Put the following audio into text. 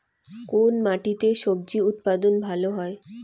কোন মাটিতে স্বজি উৎপাদন ভালো হয়?